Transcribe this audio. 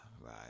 Right